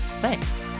Thanks